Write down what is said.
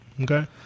Okay